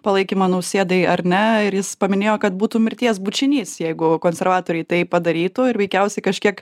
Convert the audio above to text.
palaikymą nausėdai ar ne ir jis paminėjo kad būtų mirties bučinys jeigu konservatoriai tai padarytų ir veikiausiai kažkiek